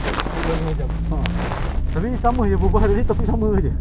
dah cover dah one hour aku rasa more than one hour sia cover